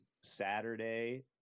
Saturday